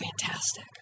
fantastic